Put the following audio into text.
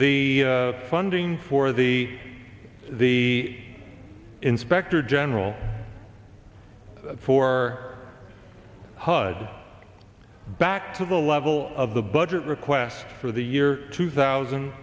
the funding for the the inspector general for hud back to the level of the budget request for the year two thousand